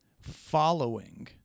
following